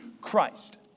Christ